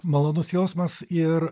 malonus jausmas ir